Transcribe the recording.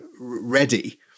ready